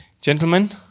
Gentlemen